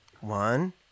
One